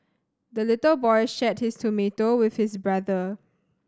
the little boy shared his tomato with his brother